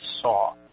saw